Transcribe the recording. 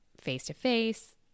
face-to-face